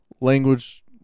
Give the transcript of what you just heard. language